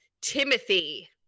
Timothy